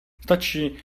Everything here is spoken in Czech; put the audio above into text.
stačí